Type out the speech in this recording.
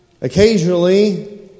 Occasionally